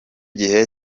gihe